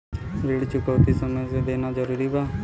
ऋण चुकौती समय से देना जरूरी बा?